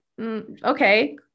Okay